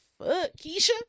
Keisha